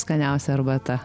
skaniausia arbata